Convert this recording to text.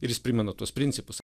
ir jis primena tuos principus